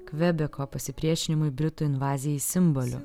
kvebeko pasipriešinimui britų invazijai simboliu